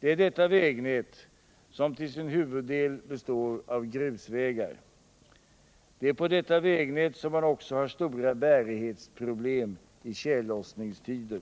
detta vägnät som till sin huvuddel består av grusvägar. Det är på detta vägnät som man också har stora bärighetsproblem i tjällossningstider.